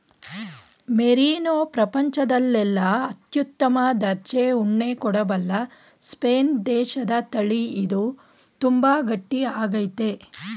merino ಪ್ರಪಂಚದಲ್ಲೆಲ್ಲ ಅತ್ಯುತ್ತಮ ದರ್ಜೆ ಉಣ್ಣೆ ಕೊಡಬಲ್ಲ ಸ್ಪೇನ್ ದೇಶದತಳಿ ಇದು ತುಂಬಾ ಗಟ್ಟಿ ಆಗೈತೆ